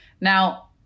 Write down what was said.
now